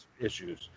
issues